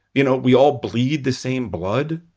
you know, we all bleed the same blood.